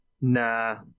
nah